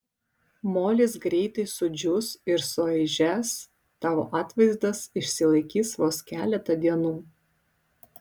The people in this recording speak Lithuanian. molis greitai sudžius ir suaižęs tavo atvaizdas išsilaikys vos keletą dienų